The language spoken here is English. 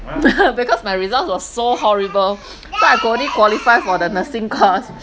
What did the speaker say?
because my result was so horrible so I could only qualify for the nursing course